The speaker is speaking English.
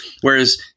Whereas